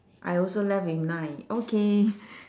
I also left with nine okay